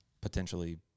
potentially